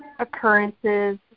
occurrences